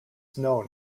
known